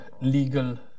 legal